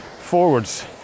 forwards